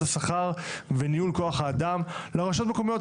השכר וניהול כוח אדם לרשויות המקומיות.